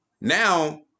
now